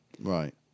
right